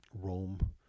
Rome